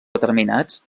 determinats